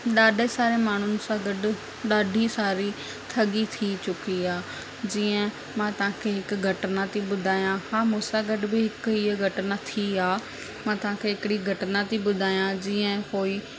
ॾाढे सारे माण्हुनि सां गॾु ॾाढी सारी ठगी थी चुकी आहे जीअं मां तव्हांखे हिकु घटना थी ॿुधायां हा मूं सां गॾ बि हिकु हीअं घटना थी आहे मां तव्हांखे हिकड़ी घटना थी ॿुधायां जीअं कोई